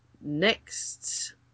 next